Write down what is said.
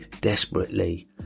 desperately